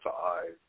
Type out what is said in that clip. five